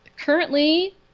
Currently